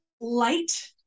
light